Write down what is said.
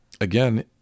again